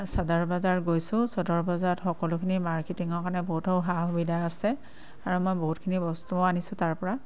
চাদৰ বজাৰ গৈছোঁ চাদৰ বজাৰত সকলোখিনি মাৰ্কেটিঙৰ কাৰণে বহুতো সা সুবিধা আছে আৰু মই বহুতখিনি বস্তুও আনিছোঁ তাৰপৰা